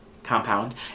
Compound